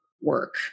work